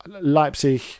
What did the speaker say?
Leipzig